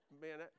Man